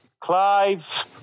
Clive